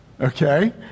Okay